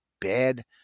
bad